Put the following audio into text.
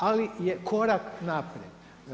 Ali je korak naprijed.